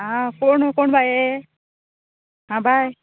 आं कोण कोण बाये आं बाय